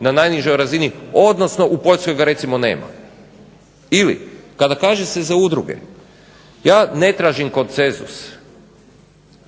na najnižoj razini odnosno u Poljskoj ga recimo nema. Ili kada kaže se za udruge. Ja ne tražim konsenzus,